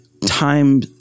time